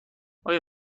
آیا